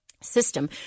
system